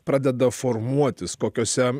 pradeda formuotis kokiuose